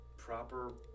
proper